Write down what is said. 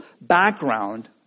background